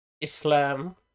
Islam